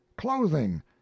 clothing